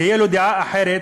תהיה דעה אחרת